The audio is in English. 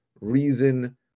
reason